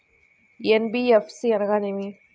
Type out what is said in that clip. NBFC అనగా ఏమిటీ?